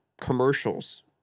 Commercials